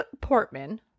Portman